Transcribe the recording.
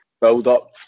build-up